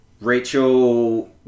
Rachel